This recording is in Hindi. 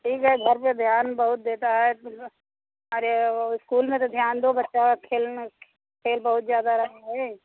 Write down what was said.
ठीक है घर पर ध्यान बहुत देता है अरे वह स्कूल में तो ध्यान दो बच्चा खेलना खेल बहुत ज़्यादा रहे हैं